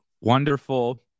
wonderful